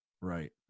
Right